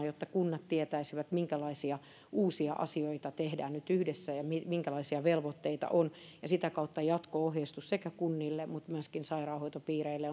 jotta kunnat tietäisivät minkälaisia uusia asioita tehdään nyt yhdessä ja minkälaisia velvoitteita on ja sitä kautta on tärkeätä jatko ohjeistus sekä kunnille että myöskin sairaanhoitopiireille